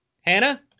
Hannah